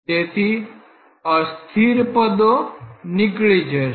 તેથી અસ્થિર પદો નીકળી જશે